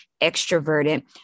extroverted